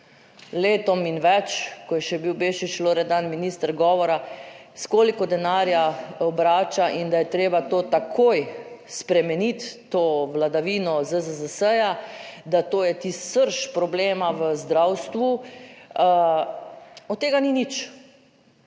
letom in več, ko je še bil Bešič Loredan minister govora, s koliko denarja obrača in da je treba to takoj spremeniti to vladavino ZZZS, da to je tisti srž problema v zdravstvu. Od tega ni nič.